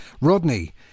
Rodney